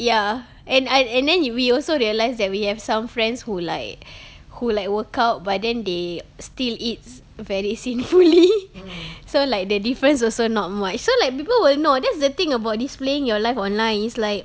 ya and I and then y~ we also realise that we have some friends who like who like workout but then they still eat very sinfully so like the difference also not much so like people will know that's the thing about displaying your life online it's like